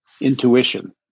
intuition